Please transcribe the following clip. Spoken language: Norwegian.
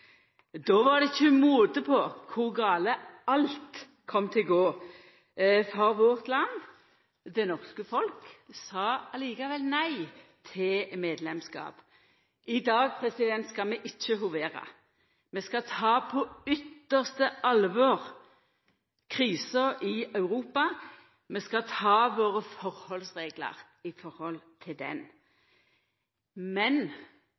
Då var det ikkje måte på kor gale alt kom til å gå for landet vårt. Det norske folk sa likevel nei til medlemskap. I dag skal vi ikkje hovera. Vi skal ta på det største alvor krisa i Europa. Vi skal ta våre forholdsreglar i forhold til den. Men